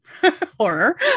horror